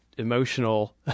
emotional